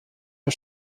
der